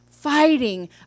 fighting